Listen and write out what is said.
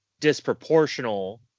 disproportional